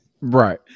right